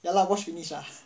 ya lah watch finish ah